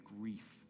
grief